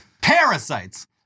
Parasites